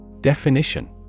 Definition